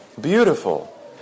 Beautiful